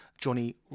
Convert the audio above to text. Johnny